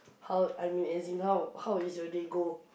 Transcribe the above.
how I mean as in how how is your day go